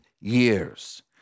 years